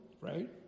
right